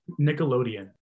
Nickelodeon